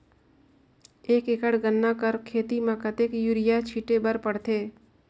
एक एकड़ गन्ना कर खेती म कतेक युरिया छिंटे बर पड़थे?